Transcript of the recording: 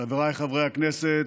חבריי חברי הכנסת,